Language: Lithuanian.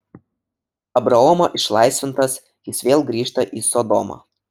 abraomo išlaisvintas jis vėl grįžta į sodomą